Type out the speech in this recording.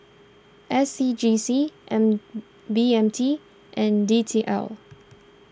S C G C and B M T and D T L